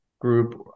group